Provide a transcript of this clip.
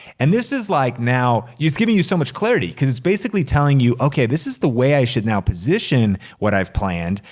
and this is like now, it's giving you so much clarity cause it's basically telling you, okay, this is the way i should now position what i've planned.